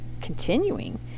continuing